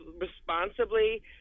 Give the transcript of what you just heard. responsibly